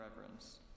reverence